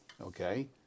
Okay